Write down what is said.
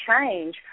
change